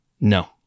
No